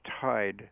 tied